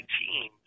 team